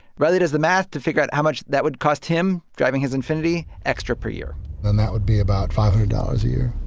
reilly does the math to figure out how much that would cost him driving his infinity extra per year and that would be about five hundred dollars a year.